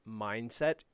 mindset